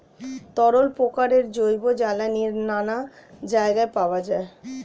তরল প্রকারের জৈব জ্বালানি নানা জায়গায় পাওয়া যায়